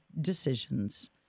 decisions